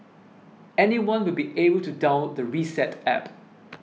anyone will be able to download the Reset App